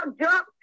jump